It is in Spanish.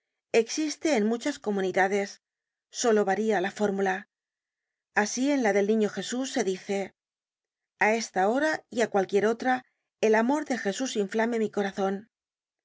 en muchas comunidades solo varía la fórmula asi en la del niño jesús se dice a esta hora y á cualquiera otra el amor de jesús inflame mi corazon